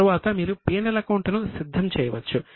తరువాత మీరు P L account ను సిద్ధం చేయవచ్చు